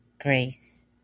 grace